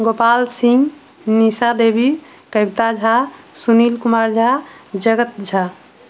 Gopal Singh Nisha Debi Kabita Jha Sunil Kumar Jha Jagat Jha